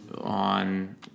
on